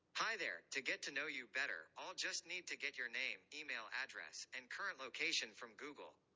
hi there. to get to know you better, i'll just need to get your name, email address, and current location from google.